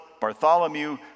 Bartholomew